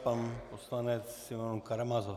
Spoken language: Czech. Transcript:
Pan poslanec Karamazov.